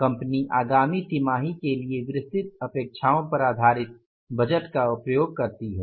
company आगामी तिमाही के लिए विस्तृत अपेक्षाओं पर आधारित बजट का उपयोग करती है